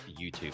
YouTube